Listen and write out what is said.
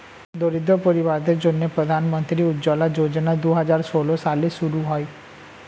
দরিদ্র পরিবারদের জন্যে প্রধান মন্ত্রী উজ্জলা যোজনা দুহাজার ষোল সালে শুরু হয়